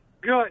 Good